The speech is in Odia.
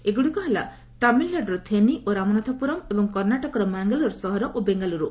ଏଗୁଡ଼ିକ ହେଲା ତାମିଲନାଡ଼ୁର ଥେଣି ଓ ରାମନାଥପୁରମ୍ ଏବଂ କର୍ଣ୍ଣାଟକର ମାଙ୍ଗାଲୋର ସଦର ଓ ବେଙ୍ଗାଲ୍ରୁ